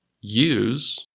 use